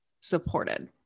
Supported